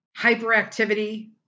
hyperactivity